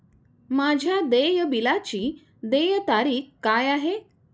माझ्या देय बिलाची देय तारीख काय आहे?